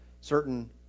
certain